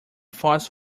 thoughts